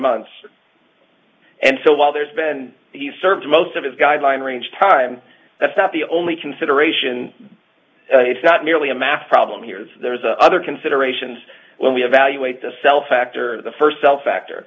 months and so while there's been he's served most of his guideline range time that's not the only consideration it's not merely a math problem here there's other considerations when we evaluate the cell factor the first cell factor